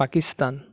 Pakistan